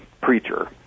preacher